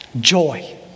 Joy